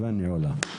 הישיבה נעולה.